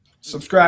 Subscribe